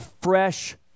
fresh